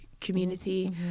community